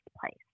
place